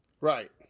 Right